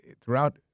throughout